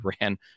ran